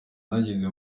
nageze